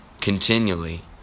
continually